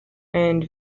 and